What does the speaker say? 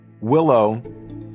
Willow